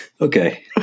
okay